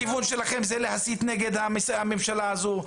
הכיוון שלכם זה להסית נגד הממשלה הזו,